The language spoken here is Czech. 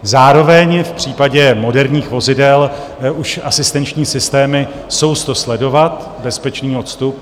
Zároveň v případě moderních vozidel už asistenční systémy jsou s to sledovat bezpečný odstup.